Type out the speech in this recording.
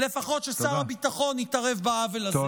לפחות ששר הביטחון יתערב בעוול הזה.